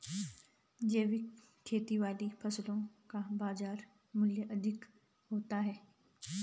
जैविक खेती वाली फसलों का बाजार मूल्य अधिक होता है